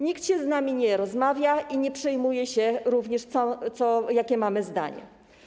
Nikt z nami nie rozmawia i nie przejmuje się również, jakie mamy zdanie.